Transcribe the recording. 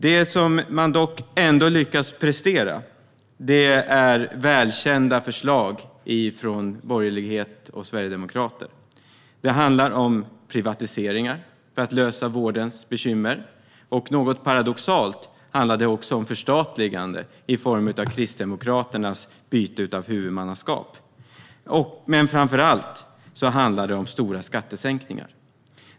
Det som man dock lyckas prestera är välkända förslag från borgerlighet och sverigedemokrater. Det handlar om privatiseringar för att lösa vårdens bekymmer. Något paradoxalt handlar det också om förstatligande, i form av Kristdemokraternas byte av huvudmannaskap. Men framför allt handlar det om stora skattesänkningar.